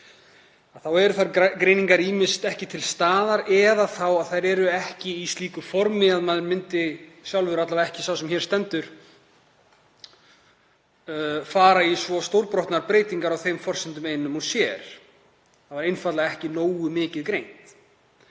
að greiningar voru ýmist ekki til staðar eða þá að þær voru ekki í slíku formi að maður myndi sjálfur, alla vega ekki sá sem hér stendur, fara í svo stórbrotnar breytingar á þeim forsendum einum og sér. Það var einfaldlega ekki nógu mikið greint.